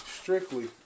strictly